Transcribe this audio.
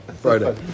Friday